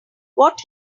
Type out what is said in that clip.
what